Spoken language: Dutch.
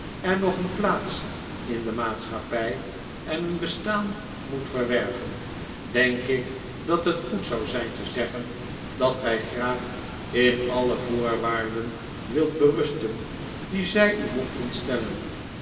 en nog een plaats in de maatschappij en een bestaan moet verwerven denk ik dat het goed zou zijn te zeggen dat gij graag in alle voorwaarden wilt berusten die zij u mochten stellen